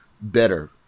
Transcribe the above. better